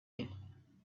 you